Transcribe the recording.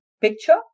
picture